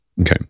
Okay